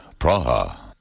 Praha